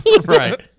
Right